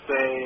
say